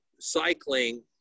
cycling